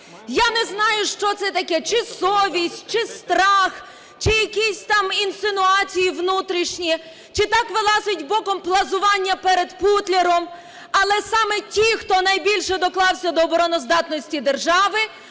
Я не знаю, що це таке, чи совість, чи страх, чи якісь там інсинуації внутрішні, чи так вилазить боком плазування перед "Путлером", але саме ті, хто найбільше доклався до обороноздатності держави,